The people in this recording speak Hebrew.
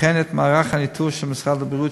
וכן את מערך הניטור של משרד הבריאות,